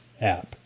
app